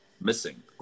missing